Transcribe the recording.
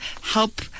help